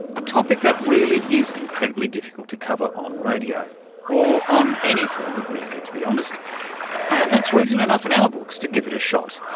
a topic that really is incredibly difficult to cover on radio or on any form of media to be honest and that's reason enough in our books to give it a shot.